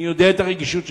אני יודע את הרגישות שלך,